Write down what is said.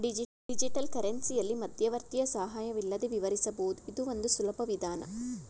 digital ಕರೆನ್ಸಿಯಲ್ಲಿ ಮಧ್ಯವರ್ತಿಯ ಸಹಾಯವಿಲ್ಲದೆ ವಿವರಿಸಬಹುದು ಇದು ಒಂದು ಸುಲಭ ವಿಧಾನ